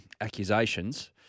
accusations